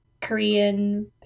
Korean